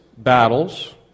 Battles